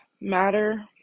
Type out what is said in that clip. matter